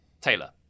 Taylor